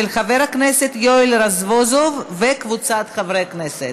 של חבר הכנסת יואל רזבוזוב וקבוצת חברי הכנסת.